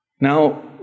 Now